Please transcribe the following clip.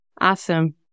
Awesome